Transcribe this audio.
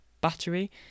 battery